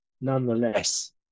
nonetheless